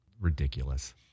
ridiculous